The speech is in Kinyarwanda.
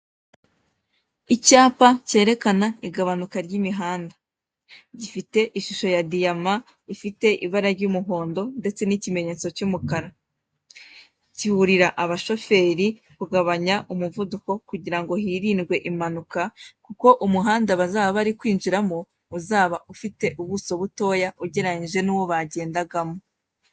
Icyapa kerekana igabanuka ry'imihanda gifite ishusho ya diyama, gifite irabara ry'umuhondo ndetse n'ikimetso cy'umukara kiburira abashoferi kugabanya amuvuduko kugirango hirindwe impanuka kuko umuhanda bazaba bari kwinjirama uzaba ufite ubuso buto unyereranyije nuwo bagendagamo.